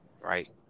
right